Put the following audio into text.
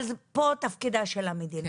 אבל פה תפקידה של המדינה,